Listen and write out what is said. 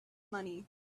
money